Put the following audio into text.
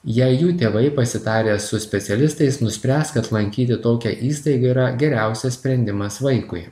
jei jų tėvai pasitarę su specialistais nuspręs kad lankyti tokią įstaigą yra geriausias sprendimas vaikui